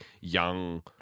young